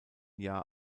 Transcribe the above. jahr